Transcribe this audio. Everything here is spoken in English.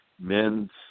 men's